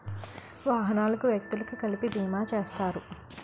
వాహనాలకు వ్యక్తులకు కలిపి బీమా చేస్తారు